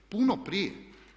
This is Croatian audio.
Puno prije.